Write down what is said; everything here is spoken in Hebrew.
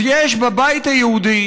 אז יש בבית היהודי,